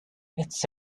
it’s